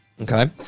Okay